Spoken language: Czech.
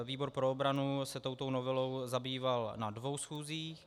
Výbor pro obranu se touto novelou zabýval na dvou schůzích.